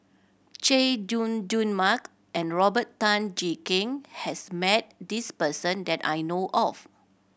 Chay Jung Jun Mark and Robert Tan Jee Keng has met this person that I know of